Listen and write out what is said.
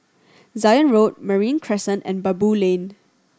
Zion Road Marine Crescent and Baboo Lane